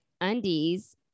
undies